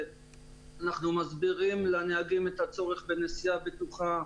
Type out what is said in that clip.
אנחנו מסבירים לנהגים את הצורך בנסיעה בטוחה.